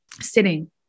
sitting